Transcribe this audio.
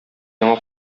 яңа